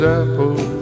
apple